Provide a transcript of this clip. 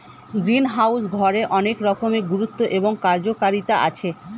greenhouse ঘরের অনেক রকমের গুরুত্ব এবং কার্যকারিতা আছে